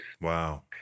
Wow